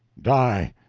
die!